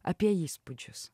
apie įspūdžius